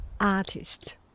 artist